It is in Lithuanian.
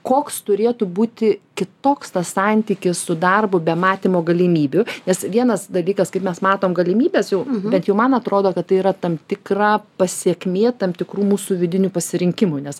koks turėtų būti kitoks santykis su darbu be matymo galimybių nes vienas dalykas kaip mes matom galimybes jau bent jau man atrodo kad tai yra tam tikra pasekmė tam tikrų mūsų vidinių pasirinkimų nes